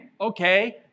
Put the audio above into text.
Okay